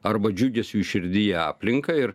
arba džiugesiui širdyje aplinką ir